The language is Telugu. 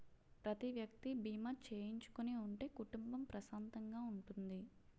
ప్రతి వ్యక్తి బీమా చేయించుకుని ఉంటే కుటుంబం ప్రశాంతంగా ఉంటుంది